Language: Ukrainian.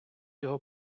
його